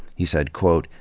he said quote,